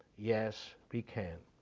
yes, we can,